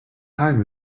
time